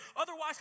Otherwise